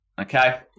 okay